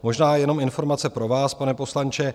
Možná jenom informace pro vás, pane poslanče.